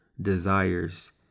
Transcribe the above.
desires